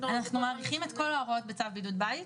אנחנו מאריכים את כל ההוראות בצו בידוד בית,